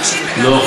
תקשיב רגע,